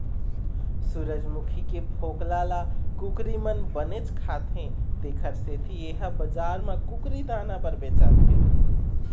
सूरजमूखी के फोकला ल कुकरी मन बनेच खाथे तेखर सेती ए ह बजार म कुकरी दाना बर बेचाथे